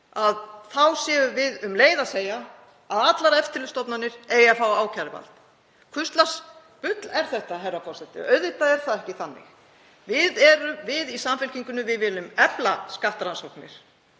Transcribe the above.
þá séum við um leið að segja að allar eftirlitsstofnanir eigi að fá ákæruvald. Hvers lags bull er þetta, herra forseti? Auðvitað er það ekki þannig. Við í Samfylkingunni viljum efla skattrannsóknir